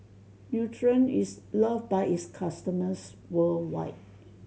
Nutren is loved by its customers worldwide